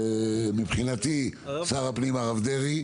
מבחינתי שר הפנים הרב דרעי.